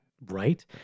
right